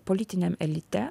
politiniam elite